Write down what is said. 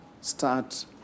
start